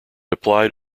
applied